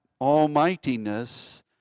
almightiness